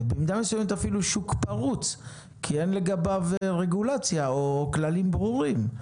וזה במידה מסוימת אפילו שוק פרוץ כי אין לגביו רגולציה או כללים ברורים.